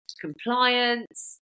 compliance